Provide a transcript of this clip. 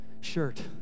shirt